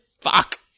Fuck